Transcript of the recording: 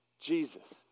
Jesus